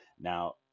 Now